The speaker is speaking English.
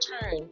turn